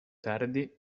tardi